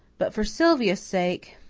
but for sylvia's sake!